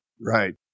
Right